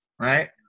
right